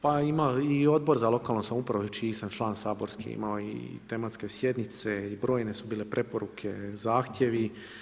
Pa ima i Odbor za lokalnu samoupravu čiji sam član saborski, imao je i tematske sjednice i brojne su bile preporuke, zahtjevi.